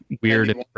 weird